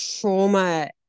trauma